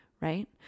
Right